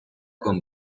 con